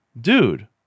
dude